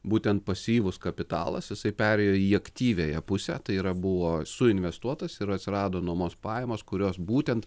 būtent pasyvus kapitalas jisai perėjo į aktyviąją pusę tai yra buvo suinvestuotas ir atsirado nuomos pajamos kurios būtent